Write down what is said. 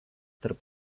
tarp